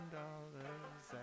dollars